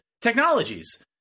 technologies –